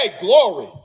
glory